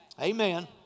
Amen